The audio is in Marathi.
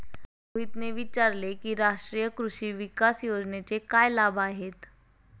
रोहितने विचारले की राष्ट्रीय कृषी विकास योजनेचे काय लाभ आहेत?